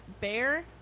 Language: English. bear